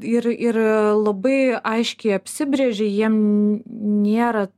ir ir labai aiškiai apsibrėžia jiem nėra